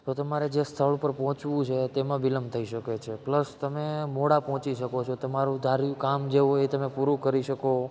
તો તમારે જે સ્થળે પર પહોંચવું છે તેમાં વિલંબ થઈ શકે છે પ્લસ તમે મોડા પહોંચી શકો છો તમારું ધાર્યું કામ જે હોય એ તમે પૂરું કરી શકો